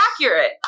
accurate